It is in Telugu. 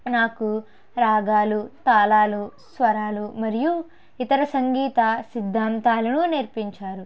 నాకు రాగాలు తాళాలు స్వరాలు మరియు ఇతర సంగీత సిద్ధాంతాలను నేర్పించారు